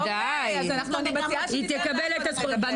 היא תקבל את הזכות שלה.